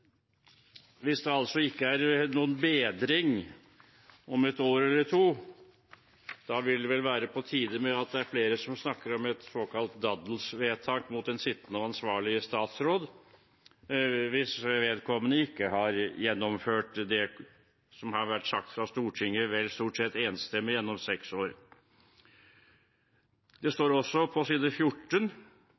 Hvis det ikke er noen bedring om et år eller to, vil det vel være på tide at det er flere som snakker om et såkalt daddelvedtak mot den sittende og ansvarlige statsråd, hvis vedkommende ikke har gjennomført det som har vært sagt fra Stortinget stort sett enstemmig gjennom seks år. Det står også, på side 14: